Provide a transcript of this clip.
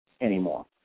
anymore